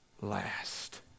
last